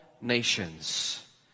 nations